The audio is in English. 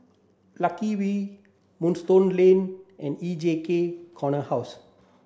Lucky We Moonstone Lane and E J H Corner House